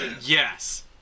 Yes